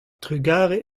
trugarez